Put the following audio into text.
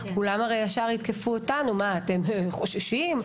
הרי כולם ישר יתקפו אותנו: מה, אתם חוששים?